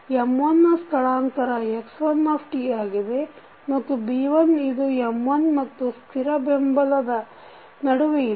M1 ನ ಸ್ಥಳಾಂತರ x1 ಆಗಿದೆ ಮತ್ತು B1 ಇದು M1 ಮತ್ತು ಸ್ಥಿರ ಬೆಂಬಲದ ನಡುವೆ ಇದೆ